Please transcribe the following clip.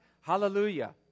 Hallelujah